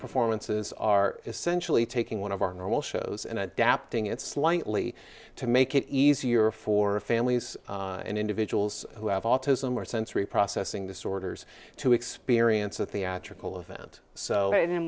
performances are essentially taking one of our normal shows and adapting it slightly to make it easier for families and individuals who have autism or sensory processing disorders to experience a theatrical event so i